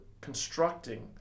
constructing